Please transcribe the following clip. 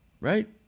right